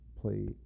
play